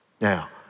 Now